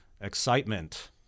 excitement